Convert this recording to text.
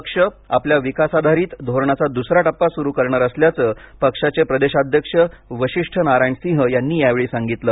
पक्ष आपल्या विकासाधारित धोरणाचा दुसरा टप्पा सुरू करणार असल्याचं पक्षाचे प्रदेशाध्यक्ष वशिष्ठ नारायण सिंह यांनी यावेळी सांगितलं